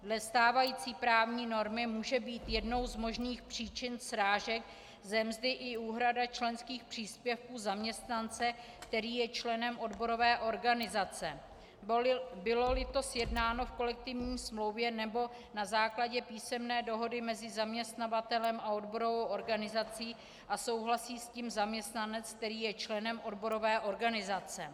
Dle stávající právní normy může být jednou z možných příčin srážek ze mzdy i úhrada členských příspěvků zaměstnance, který je členem odborové organizace, byloli to sjednáno v kolektivní smlouvě nebo na základě písemné dohody mezi zaměstnavatelem a odborovou organizací a souhlasí s tím zaměstnanec, který je členem odborové organizace.